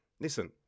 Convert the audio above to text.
listen